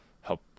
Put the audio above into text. help